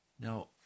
Now